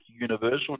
universal